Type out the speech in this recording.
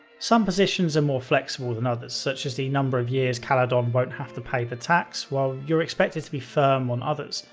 some positions are more flexible than others, such as the number of years caladon won't have to pay the tax, while you're expected to be firm on others,